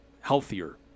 healthier